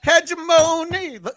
hegemony